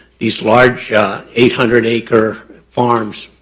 these large eight hundred acre farm's,